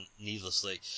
needlessly